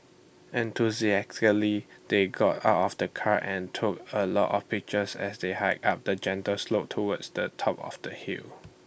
enthusiastically they got out of the car and took A lot of pictures as they hiked up A gentle slope towards the top of the hill